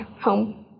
home